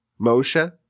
Moshe